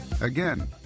Again